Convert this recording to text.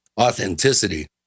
authenticity